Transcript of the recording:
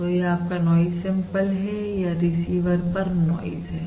तो यह आपका नॉइज सैंपल या रिसीवर परनॉइज है